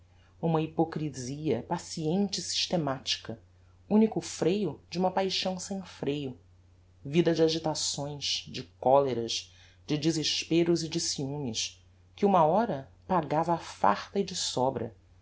uma hypocrisia paciente e systematica unico freio de uma paixão sem freio vida de agitações de coleras de desesperos e de ciumes que uma hora pagava á farta e de sobra